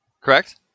Correct